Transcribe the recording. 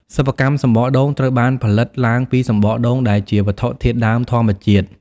សិប្បកម្មសំបកដូងត្រូវបានផលិតឡើងពីសំបកដូង ដែលជាវត្ថុធាតុដើមធម្មជាតិ។